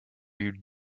you